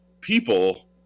people